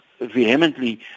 vehemently